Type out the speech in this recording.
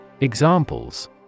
Examples